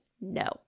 no